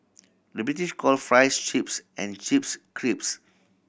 the British calls fries chips and chips crisps